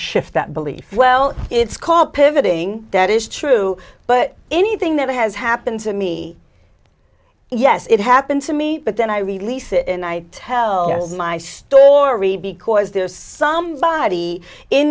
shift that belief well it's called pivoting that is true but anything that has happened to me yes it happened to me but then i release it and i tell my story because there's somebody in